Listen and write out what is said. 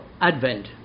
Advent